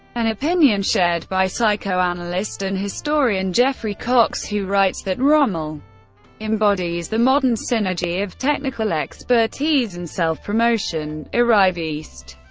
an opinion shared by psychoanalyst and historian geoffrey cocks, who writes that rommel embodies the modern synergy of technical expertise and self-promotion. arriviste.